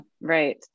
right